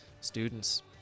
students